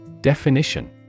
Definition